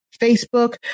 Facebook